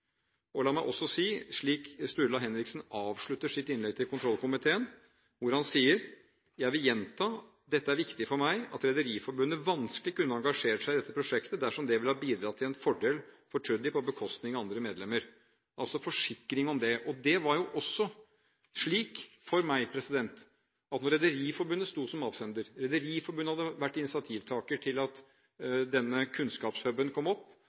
til. La meg også si slik Sturla Henriksen avslutter sitt innlegg til kontrollkomiteen, hvor han sier: «Jeg vil også gjenta – dette er viktig for meg – at Rederiforbundet vanskelig kunne ha engasjert seg i dette prosjektet dersom det ville bidra til en fordel for Tschudi på bekostning av våre andre medlemmer». – altså forsikring om det. Det var også slik for meg at når Rederiforbundet sto som avsender, Rederiforbundet hadde vært initiativtaker til at denne kunnskapshub-en kom opp,